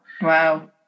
Wow